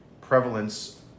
prevalence